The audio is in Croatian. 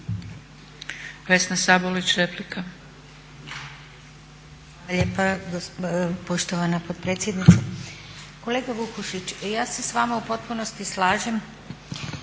Vesna Sabolić, replika.